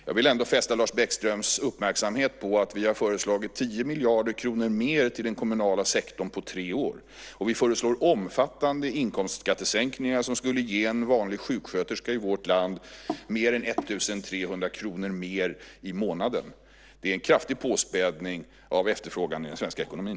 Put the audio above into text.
Jag vill ändå fästa hans uppmärksamhet på att vi har föreslagit 10 miljarder kronor mer till den kommunala sektorn på tre år. Vi föreslår omfattande inkomstskattesänkningar, som skulle ge en vanlig sjuksköterska i vårt land mer än 1 300 kr mer i månaden. Det är en kraftig påspädning av efterfrågan i den svenska ekonomin.